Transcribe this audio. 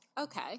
okay